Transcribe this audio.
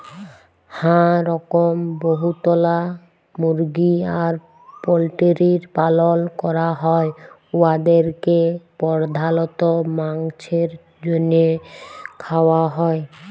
হাঁ রকম বহুতলা মুরগি আর পল্টিরির পালল ক্যরা হ্যয় উয়াদেরকে পর্ধালত মাংছের জ্যনহে খাউয়া হ্যয়